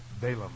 Balaam